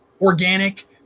organic